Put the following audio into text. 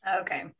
Okay